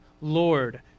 Lord